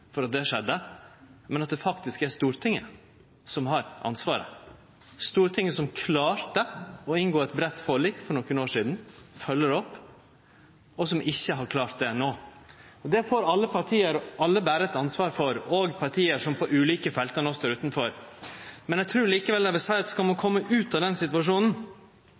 for at det skjedde, men at det faktisk er Stortinget som har ansvaret – Stortinget som klarte å inngå eit breitt forlik for nokre år sidan, følgje det opp, og som ikkje har klart det no. Det får alle parti bere eit ansvar for, òg parti som på ulike felt no står utanfor. Eg trur likevel eg vil seie at skal ein kome ut av den situasjonen,